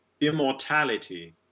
immortality